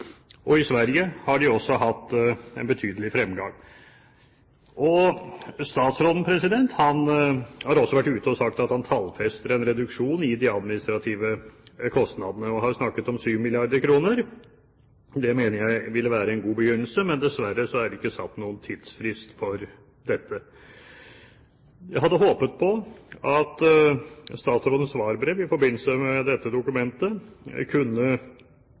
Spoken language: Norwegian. og i Sverige har de også hatt en betydelig fremgang. Statsråden har også vært ute og sagt at han tallfester en reduksjon i de administrative kostnadene, og har snakket om 7 mrd. kr. Det mener jeg ville være en god begynnelse, men dessverre er det ikke satt noen tidsfrist for dette. Jeg hadde håpet at statsrådens svarbrev i forbindelse med dette dokumentet kunne